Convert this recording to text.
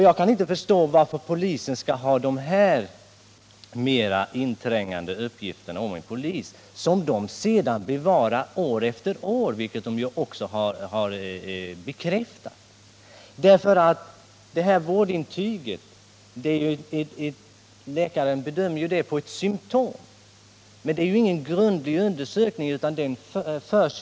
Jag kan inte förstå varför polisen skall förvara dessa inträngande uppgifter om en person år efter år — och att så sker har också bekräftats. Dessa vårdintyg grundas ju på läkarens bedömning av symtom utan att någon grundlig utredning utförts.